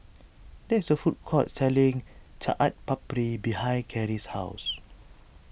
there is a food court selling Chaat Papri behind Cary's house